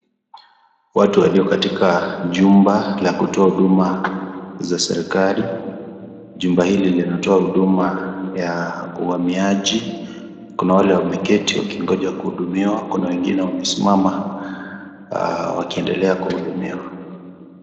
Watu walio katika jumba la kutoa huduma za serikari. Jumba hili linatoa huduma ya uhamiaji, kuna wale wameketi wakingoja kuhudumiwa, kuna wengine wamesimama wakiendelea kuhudumiwa.